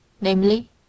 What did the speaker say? namely